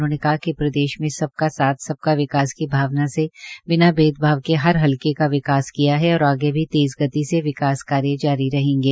उन्होंने कहा कि प्रदेश में सबका साथ सबका विकास की भावना से बिना भेदभाव के हर हलके का विकास किया है और आगे भी तेज़ गति से विकास कार्य जारी रहेंगे